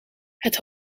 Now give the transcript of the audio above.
het